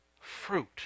fruit